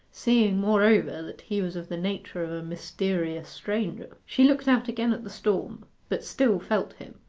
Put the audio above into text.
seeing, moreover, that he was of the nature of a mysterious stranger. she looked out again at the storm, but still felt him.